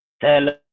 Tell